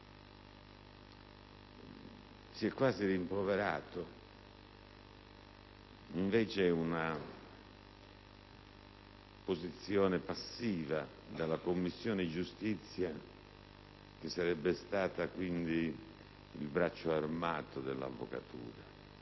Si è quasi rimproverata, invece, una posizione passiva della Commissione giustizia, che sarebbe stata quindi il «braccio armato» dell'avvocatura.